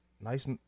nice